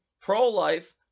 pro-life